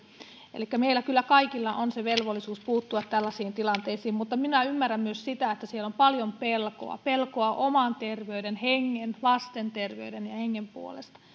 elikkä meillä kyllä kaikilla on velvollisuus puuttua tällaisiin tilanteisiin mutta minä ymmärrän myös sitä että siellä on paljon pelkoa pelkoa oman terveyden ja hengen lasten terveyden ja hengen puolesta